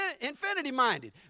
infinity-minded